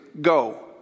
go